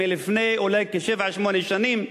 לפני אולי שבע-שמונה שנים,